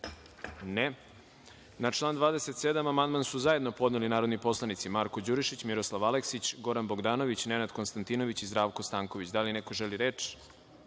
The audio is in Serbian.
(Ne.)Na član 27. amandman su zajedno podneli narodni poslanici Marko Đurišić, Miroslav Aleksić, Goran Bogdanović, Nenad Konstantinović i Zdravko Stanković. Da li neko želi reč? Reč